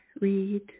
read